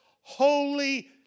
holy